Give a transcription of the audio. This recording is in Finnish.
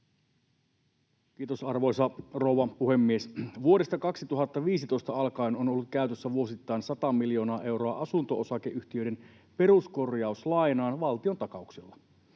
Kiitos, arvoisa rouva puhemies! Vuodesta 2015 alkaen on ollut käytössä vuosittain 100 miljoonaa euroa asunto-osakeyhtiöiden peruskorjauslainaan valtiontakauksilla.